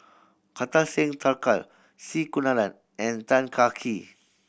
Kartar Singh Thakral C Kunalan and Tan Kah Kee